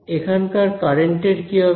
এখানকার কারেন্টের কি হবে